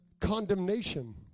condemnation